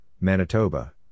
Manitoba